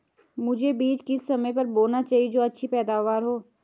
मुझे बीज किस समय पर बोना चाहिए जो अच्छी पैदावार हो?